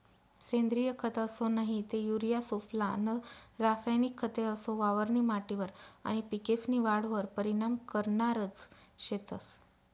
सेंद्रिय खत असो नही ते युरिया सुफला नं रासायनिक खते असो वावरनी माटीवर आनी पिकेस्नी वाढवर परीनाम करनारज शेतंस